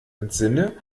entsinne